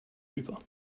über